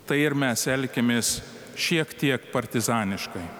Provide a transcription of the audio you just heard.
tai ir mes elkimės šiek tiek partizaniškai